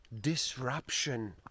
disruption